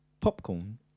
popcorn